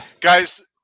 guys